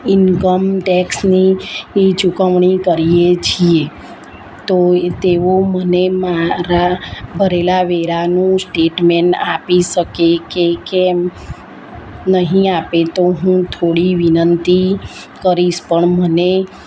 income ટેક્ષની ઈ ચુકવણી કરીએ છીએ તો તેઓ મને મારા ભરેલા વેરાનું સ્ટેટમેન આપી શકે કે કેમ નહીં આપે તો હું થોડી વિનંતી કરીશ પણ મને